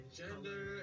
gender